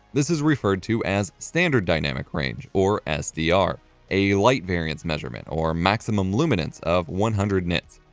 this is referred to as standard dynamic range or sdr a light variance measurement, or maximum luminance, of one hundred nits.